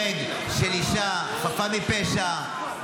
הרג של אישה חפה מפשע,